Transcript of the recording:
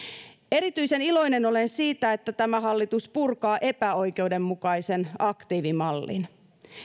erityisen iloinen olen siitä että tämä hallitus purkaa epäoikeudenmukaisen aktiivimallin